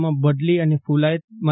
માં ભડલી અને કુલાય મા